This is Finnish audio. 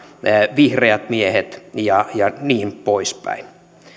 vihreät miehet ja ja niin poispäin